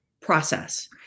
process